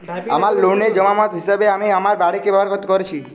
আমার লোনের জামানত হিসেবে আমি আমার বাড়িকে ব্যবহার করেছি